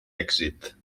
èxit